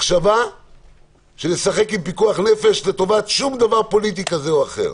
לא הייתה מחשבה לשחק עם פיקוח נפש לטובת שום דבר פוליטי כזה או אחר.